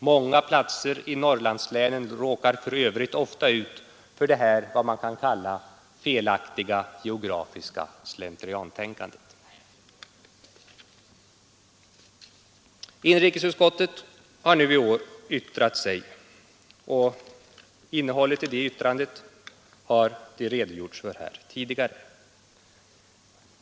Många platser i Norrlandslänen råkar för övrigt ofta ut för detta felaktiga geografiska slentriantänkande. Inrikesutskottet har i år yttrat sig, och innehållet har det redogjorts för här tidigare.